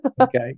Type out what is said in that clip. Okay